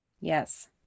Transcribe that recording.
yes